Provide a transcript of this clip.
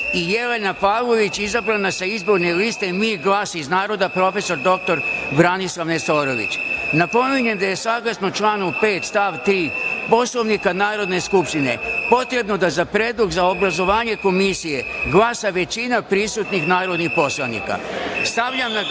i Jelena Pavlović sa Izborne liste MI – GLAS IZ NARODA, prof. dr Branislav Nestorović. Napominjem da je, saglasno članu 5. stav 3. Poslovnika Narodne skupštine, potrebno da za predlog za obrazovanje komisije glasa većina prisutnih narodnih poslanika. Stavljam na glasanje